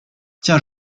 tiens